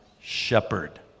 shepherd